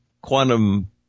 quantum